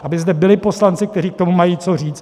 Aby zde byli poslanci, kteří k tomu mají co říct.